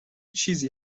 چیزی